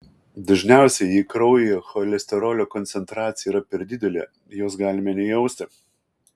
dažniausiai jei kraujyje cholesterolio koncentracija yra per didelė jos galime nejausti